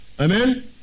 Amen